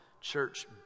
Church